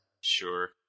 sure